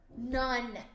None